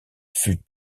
fut